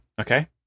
Okay